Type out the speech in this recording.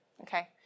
okay